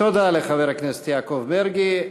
תודה לחבר הכנסת יעקב מרגי.